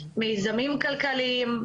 מיזמים כלכליים,